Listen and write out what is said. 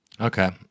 Okay